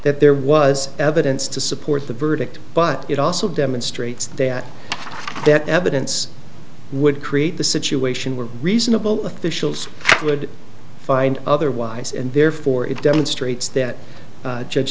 that there was evidence to support the verdict but it also demonstrates that that evidence would create the situation where reasonable officials would find otherwise and therefore it demonstrates that judge